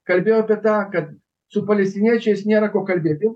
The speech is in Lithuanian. kalbėjo apie tą kad su palestiniečiais nėra ko kalbėti